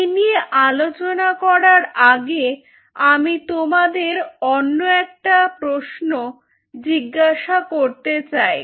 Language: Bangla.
এই নিয়ে আলোচনা করার আগে আমি তোমাদের অন্য একটা প্রশ্ন জিজ্ঞাসা করতে চাই